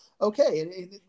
okay